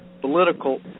political